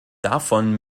davon